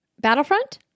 battlefront